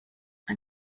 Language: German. ein